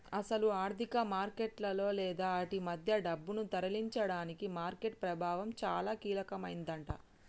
అసలు ఆర్థిక మార్కెట్లలో లేదా ఆటి మధ్య డబ్బును తరలించడానికి మార్కెట్ ప్రభావం చాలా కీలకమైందట